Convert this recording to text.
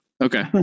Okay